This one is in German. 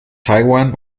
taiwan